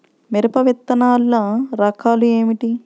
మిరప విత్తనాల రకాలు ఏమిటి?